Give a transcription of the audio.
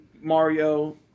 Mario